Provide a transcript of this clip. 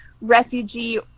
refugee